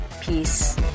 peace